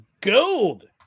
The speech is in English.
gold